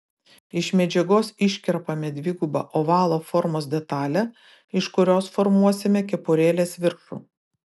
iš medžiagos iškerpame dvigubą ovalo formos detalę iš kurios formuosime kepurėlės viršų